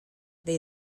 they